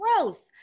gross